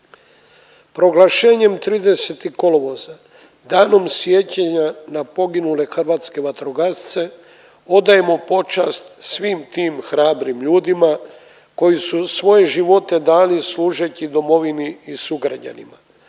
Proglašenjem 30. kolovoza „Danom sjećanja na poginule hrvatske vatrogasce“ odajemo počast svim tim hrabrim ljudima koji su svoje živote dali služeći domovini i sugrađanima.